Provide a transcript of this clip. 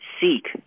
Seek